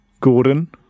Gordon